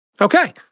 Okay